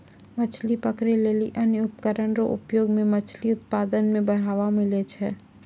मछली पकड़ै लेली अन्य उपकरण रो प्रयोग से मछली उत्पादन मे बढ़ावा मिलै छै